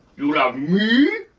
you love me?